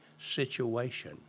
situation